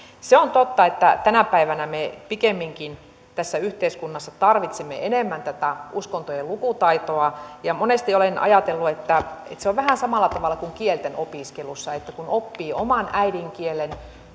se on totta että tänä päivänä me tässä yhteiskunnassa tarvitsemme pikemminkin enemmän tätä uskontojen lukutaitoa ja monesti olen ajatellut että se on vähän samalla tavalla kuin kielten opiskelussa että kun oppii oman äidinkielen